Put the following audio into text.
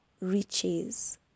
riches